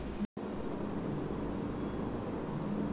संबंध ऋण में निधि के एगो निश्चित राशि हो सको हइ